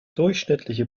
durchschnittliche